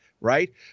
Right